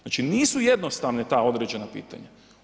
Znači nisu jednostavna ta određena ta pitanja.